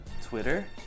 Twitter